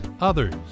others